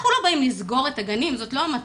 אנחנו לא באים לסגור את הגנים, זו לא המטרה.